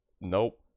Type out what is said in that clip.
Nope